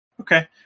Okay